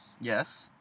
Yes